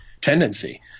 tendency